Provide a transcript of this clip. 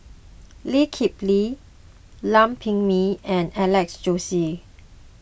Lee Kip Lee Lam Pin Min and Alex Josey